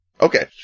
okay